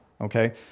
Okay